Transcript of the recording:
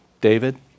David